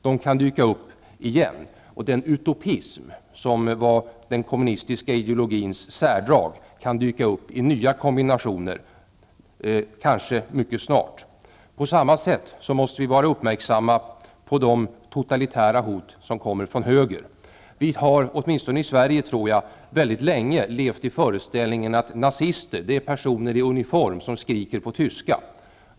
De kan dyka upp igen, och den utopism som var den kommunistiska ideologins särdrag kan dyka upp i nya kombinationer, kanske mycket snart. På samma sätt måste vi vara uppmärksamma på de totalitära hot som kommer från höger. Vi har -- åtminstone i Sverige, tror jag -- länge levt i föreställningen att nazister är personer i uniform som skriker på tyska.